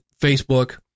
Facebook